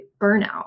burnout